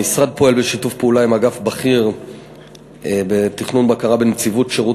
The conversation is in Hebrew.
המשרד פועל בשיתוף פעולה עם אגף בכיר לתכנון ובקרה בנציבות שירות